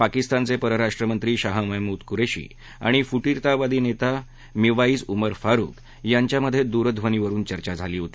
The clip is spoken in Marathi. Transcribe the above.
पाकिस्तानचे परराष्ट्र मंत्री शाह महमूद कुरेशी आणि फुटीरतावादी नेता मीवाईज उमर फारुख यांच्यामध्ये दूरध्वनीवरून चर्चा झाली होती